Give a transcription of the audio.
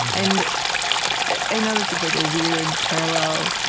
and i know this is like a weird parallel,